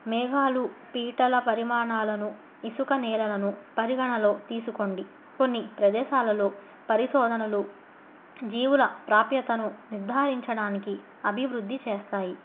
మేఘాలు పీటల పరిమాణాలను ఇసుక నేలలను పరిగణలో తీసుకోండి కొన్ని ప్రదేశాలలో పరిశోధనలు జీవుల ప్రాప్యతను నిర్ధారించడానికి అభివృద్ధి చేస్తాయి